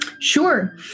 Sure